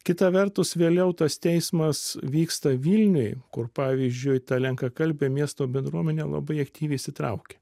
kita vertus vėliau tas teismas vyksta vilniuj kur pavyzdžiui ta lenkakalbė miesto bendruomenė labai aktyviai įsitraukia